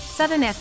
Southern